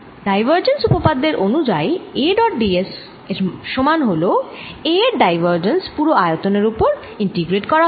divergence উপপাদ্যের অনুযায়ী A dot d s এর সমান হল A এর ডাইভারজেন্স পুরো আয়তনের ওপর ইন্টিগ্রেট করা হলে